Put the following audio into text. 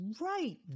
right